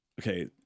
okay